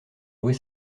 louer